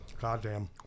Goddamn